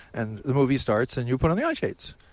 and the movie starts, and you put on the eye shades.